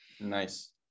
Nice